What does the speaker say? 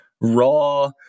raw